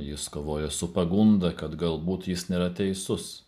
jis kovoja su pagunda kad galbūt jis nėra teisus